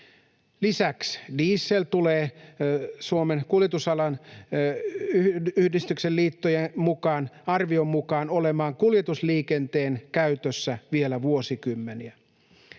Lisäksi diesel tulee Suomen kuljetusalan yhdistysten liiton arvion mukaan olemaan kuljetusliikenteen käytössä vielä vuosikymmeniä.